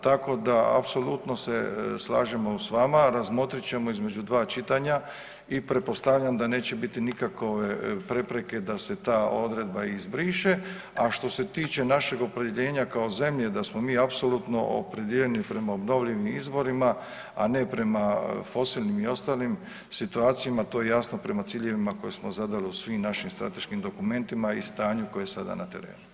Tako da, apsolutno se slažemo s vama, razmotrit ćemo između 2 čitanja i pretpostavljam da neće biti nikakove prepreke da se ta odredba izbriše, a što se tiče našeg opredjeljenja kao zemlje da smo mi apsolutno opredijeljeni prema obnovljivim izvorima, a ne prema fosilnim i ostalim situacijama, to je jasno, prema ciljevima koje smo zadali u svim našim strateškim dokumentima i stanju koje je sada na terenu.